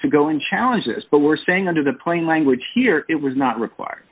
go in challenges but we're saying under the plain language here it was not required